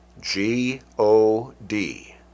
G-O-D